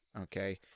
Okay